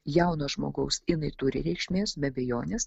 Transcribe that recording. jauno žmogaus jinai turi reikšmės be abejonės